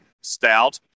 Stout